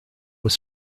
was